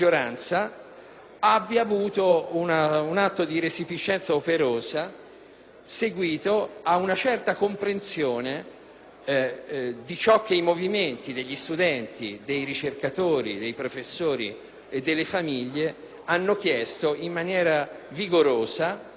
abbia avuto un atto di resipiscenza operosa, seguito ad una certa comprensione di ciò che i movimenti degli studenti, dei ricercatori, dei professori e delle famiglie hanno chiesto in maniera vigorosa, pacifica,